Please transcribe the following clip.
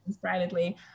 privately